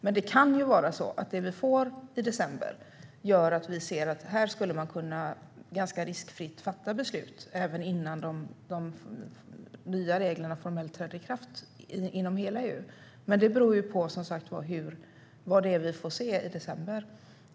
Men det kan vara så att de besked som vi får i december gör att vi ser att man här ganska riskfritt skulle kunna fatta beslut redan innan de nya reglerna formellt träder i kraft inom hela EU. Men, som sagt, det beror på vad vi får se i december.